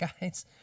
guys